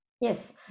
Yes